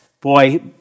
Boy